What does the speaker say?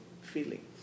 feeling